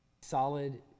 solid